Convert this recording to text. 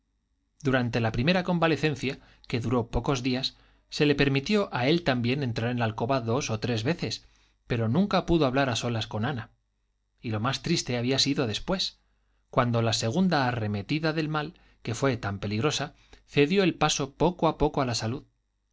durante la primera convalecencia que duró pocos días se le permitió a él también entrar en la alcoba dos o tres veces pero nunca pudo hablar a solas con ana y lo más triste había sido después cuando la segunda arremetida del mal que fue tan peligrosa cedió el paso poco a poco a la salud